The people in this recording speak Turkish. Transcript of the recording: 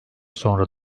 sonra